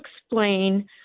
explain